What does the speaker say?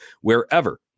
wherever